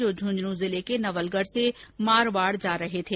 जो झुंझुनूं जिले के नवलगढ से मारवाड़ जा रहे थे